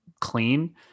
clean